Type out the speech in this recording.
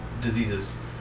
diseases